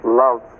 love